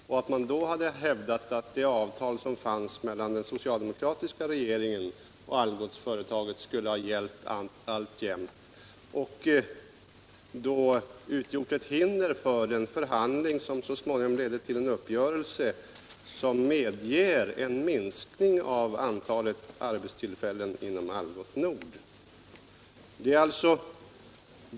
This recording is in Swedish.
Man skulle då ha kunnat hävda att det avtal som fanns mellan den socialdemokratiska regeringen och Algots alltjämt skulle ha gällt och utgjort ett hinder för de förhandlingar som så småningom ledde till den uppgörelse som medger en minskning av antalet arbetstillfällen inom Algots Nord.